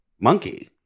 monkey